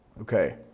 Okay